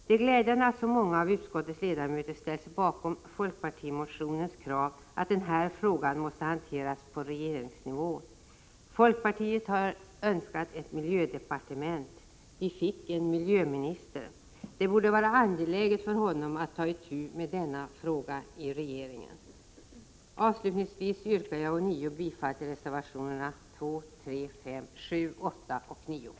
Det är glädjande att så många av utskottets ledamöter har ställt sig bakom folkpartimotionens krav att den här frågan måste hanteras på regeringsnivå. Folkpartiet har önskat ett miljödepartement. Vi fick en miljöminister. Det borde vara angeläget för honom att ta itu med denna fråga i regeringen. Avslutningsvis yrkar jag ånyo bifall till reservationerna 2, 3,5, 7,8 och 9.